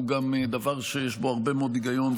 הוא גם דבר שיש בו הרבה מאוד היגיון,